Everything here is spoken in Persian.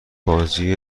بازی